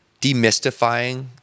demystifying